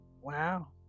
Wow